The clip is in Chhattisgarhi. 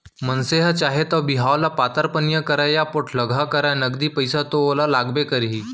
मनसे ह चाहे तौ बिहाव ल पातर पनियर करय या पोठलगहा करय नगदी पइसा तो ओला लागबे करही